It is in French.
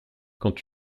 quand